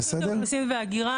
רשות האוכלוסין וההגירה,